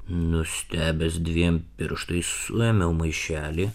nustebęs dviem pirštais suėmiau maišelį